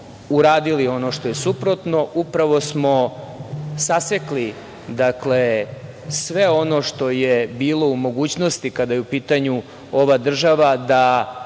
uradili ono što je suprotno, upravo smo sasekli sve ono što je bilo u mogućnosti kada je u pitanju ova država da